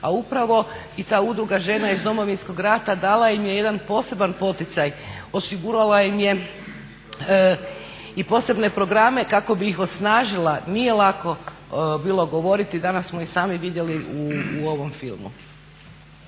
a upravo i ta Udruga žena iz Domovinskog rata dala im je jedan poseban poticaj, osigurala im je i posebne programe kako bi ih osnažila. Nije lako bilo govoriti, danas smo i sami vidjeli u ovom filmu.